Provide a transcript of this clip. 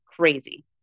crazy